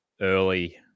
early